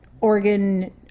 organ